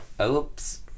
Oops